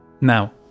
Now